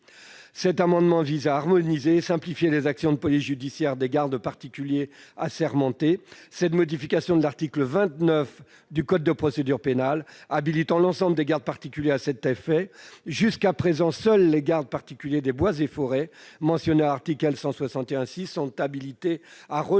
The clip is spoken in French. Cet amendement vise à harmoniser et à simplifier les actions de police judiciaire des gardes particuliers assermentés, la modification de l'article 29 du code de procédure pénale habilitant l'ensemble des gardes particuliers à cet effet. Jusqu'à présent, seuls les gardes particuliers des bois et forêts mentionnés à l'article L. 161-6 sont habilités à relever